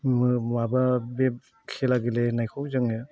माबा बे खेला गेलेहोनायखौ जोङो